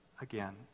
again